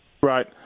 Right